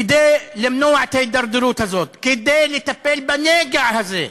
כדי למנוע את ההידרדרות הזאת, כדי לטפל בנגע הזה.